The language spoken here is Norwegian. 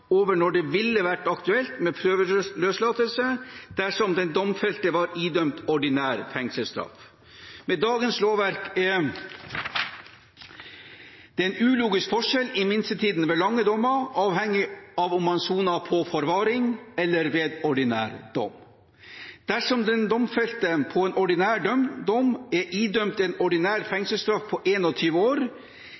over når det ville vært aktuelt med prøveløslatelse dersom den domfelte var idømt ordinær fengselsstraff. Med dagens lovverk er det en ulogisk forskjell i minstetiden ved lange dommer avhengig av om man soner på forvaring eller ved ordinær dom. Dersom den domfelte på en ordinær dom er idømt en